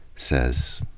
says,